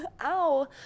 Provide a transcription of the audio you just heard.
Ow